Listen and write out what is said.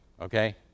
okay